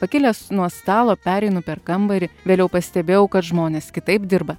pakilęs nuo stalo pereinu per kambarį vėliau pastebėjau kad žmonės kitaip dirba